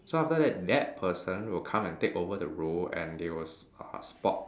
so after that that person will come and take over the role and they will s~ uh spot